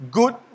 good